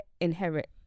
inherit